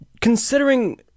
considering